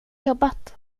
jobbat